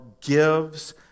gives